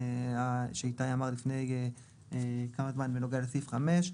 מבקשים לתקן בנוגע לסעיף 5,